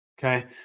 Okay